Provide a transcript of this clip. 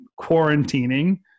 quarantining